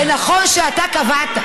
זה נכון שאתה קבעת.